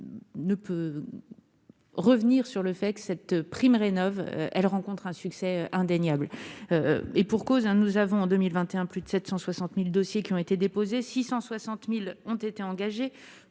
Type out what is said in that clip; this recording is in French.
Ne peut. Revenir sur le fait que cette prime rénove, elle rencontre un succès indéniable, et pour cause : nous avons en 2021 plus de 760000 dossiers qui ont été déposés 660000 ont été engagés